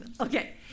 okay